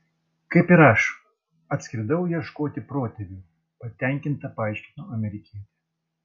kaip ir aš atskridau ieškoti protėvių patenkinta paaiškino amerikietė